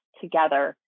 together